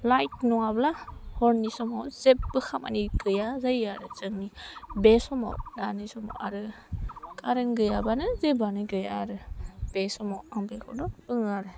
light नङाब्ला हरनि समाव जेबो खामानि गैया जायो आरो जोंनि बे समाव दानि समाव आरो कारेन्ट गैयाबानो जेबोआनो गैया आरो बे समाव आं बेखौनो बुङो आरो